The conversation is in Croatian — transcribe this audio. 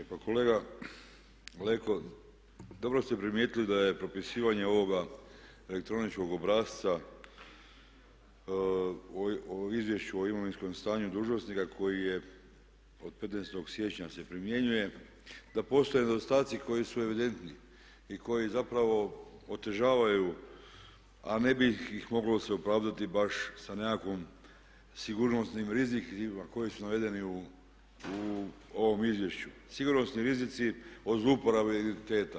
Pa kolega Leko, dobro ste primijetili da je propisivanje ovog elektroničkog obrasca o izvješću o imovinskom stanju dužnosnika koji je od 15. siječnja se primjenjuje da postoje nedostatci koji su evidentni i koji zapravo otežavaju a ne bi ih moglo se opravdati baš sa nekakvom sigurnosnim rizicima koji su navedeni u ovom izvješću, sigurnosni rizici o zlouporabi imuniteta.